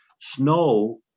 snow